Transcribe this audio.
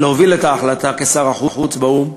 להוביל את ההחלטה באו"ם,